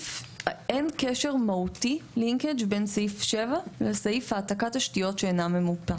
אין קשה מהותי בין סעיף (7) לסעיף העתקת תשתיות שאינה ממופה.